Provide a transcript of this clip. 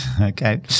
Okay